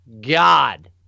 God